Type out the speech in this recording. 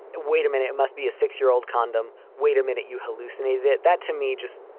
wait a minute. must be a six year old condom. wait a minute you hallucinated that to me just.